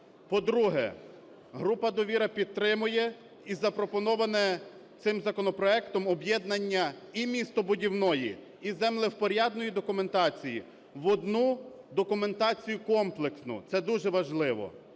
По-друге, група "Довіра" підтримує і запропоноване цим законопроектом об'єднання і містобудівної, і землевпорядної документації в одну документацію комплексну. Це дуже важливо.